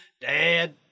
Dad